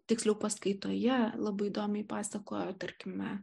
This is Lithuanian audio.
tiksliau paskaitoje labai įdomiai pasakojo tarkime